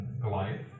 Goliath